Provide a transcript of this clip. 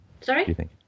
Sorry